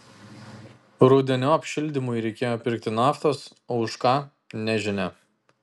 rudeniop šildymui reikėjo pirkti naftos o už ką nežinia